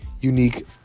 unique